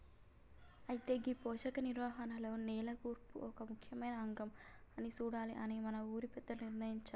అయితే గీ పోషక నిర్వహణలో నేల కూర్పు ఒక ముఖ్యమైన అంగం అని సూడాలి అని మన ఊరి పెద్దలు నిర్ణయించారు